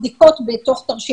פרופ'